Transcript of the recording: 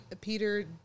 Peter